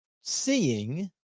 seeing